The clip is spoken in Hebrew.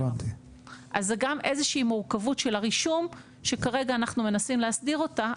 אז זו גם איזושהי מורכבות של הרישום שכרגע אנחנו מנסים להסדיר אותה,